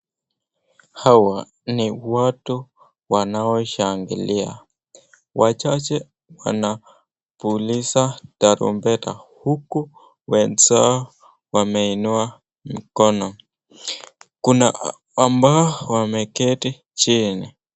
Hawa ni watu wanaoshangilia wachache wananaviliza tarumbeta huku wenzao wameinua mikono kuna ambao wameketi chini.